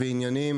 עניינים